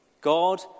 God